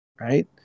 right